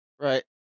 Right